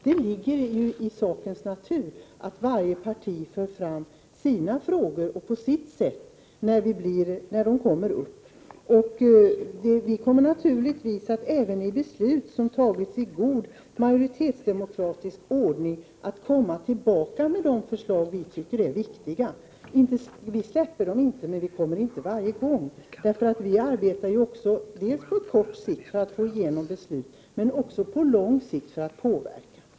Det ligger i sakens natur att varje parti för fram sina frågor på sitt sätt, när dessa kommer upp. Vi kommer naturligtvis att även när det gäller beslut som har fattats i god majoritetsdemokratisk ordning komma tillbaka med de förslag vi tycker är viktiga. Vi släpper dem inte. Men vi kommer inte varje gång, därför att vi arbetar både på kort sikt, för att få igenom förslag, och på lång sikt, för att påverka.